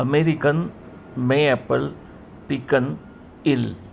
American maple pecan ill